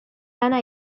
lana